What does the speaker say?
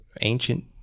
ancient